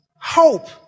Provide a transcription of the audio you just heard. hope